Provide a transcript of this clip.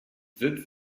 sitz